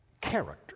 character